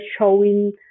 showing